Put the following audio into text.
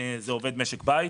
והוא עובד משק בית.